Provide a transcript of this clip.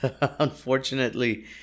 unfortunately